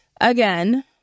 Again